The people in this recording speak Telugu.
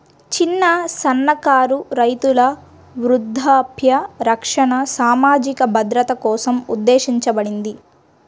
చిన్న, సన్నకారు రైతుల వృద్ధాప్య రక్షణ సామాజిక భద్రత కోసం ఉద్దేశించబడింది